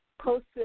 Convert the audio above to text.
posted